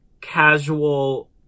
casual